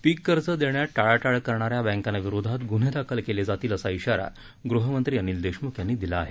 पीककर्ज देण्यात टाळाटाळ करणाऱ्या बँकाविरोधात गुन्हे दाखल केले जातील असा इशारा गृहमंत्री अनिल देशमुख यांनी दिला आहे